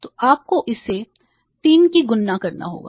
तो आपको इसे 3 का गुणन करना होगा